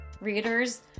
readers